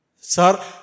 Sir